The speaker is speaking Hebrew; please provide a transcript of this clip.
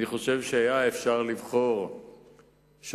אני חושב שהיה אפשר לבחור שופטים